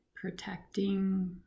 protecting